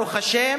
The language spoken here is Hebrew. ברוך השם,